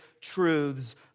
truths